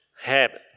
habit